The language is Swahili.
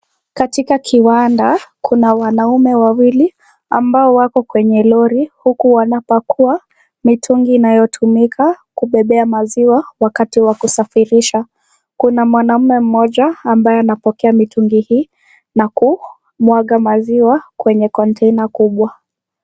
Katika kiwanda kuna wanaume wawili, ambao ako kwenye roli, huku wanapakua mitungi inayotumika, kubebea maziwa, wakati wa kusafirishwa, kuna mwanamme mmoja ambaye anapokea mitungi hii, naku, mwaga maziwa kwenye kontena kubwa.